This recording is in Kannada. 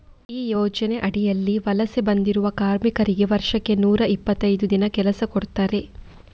ಈ ಯೋಜನೆ ಅಡಿಯಲ್ಲಿ ವಲಸೆ ಬಂದಿರುವ ಕಾರ್ಮಿಕರಿಗೆ ವರ್ಷಕ್ಕೆ ನೂರಾ ಇಪ್ಪತ್ತೈದು ದಿನ ಕೆಲಸ ಕೊಡ್ತಾರೆ